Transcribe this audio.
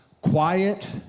quiet